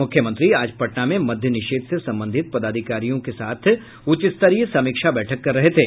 मुख्यमंत्री आज पटना में मद्य निषेध से संबंधित पदाधिकारियों के साथ उच्चस्तरीय समीक्षा बैठक कर रहे थे